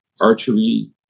archery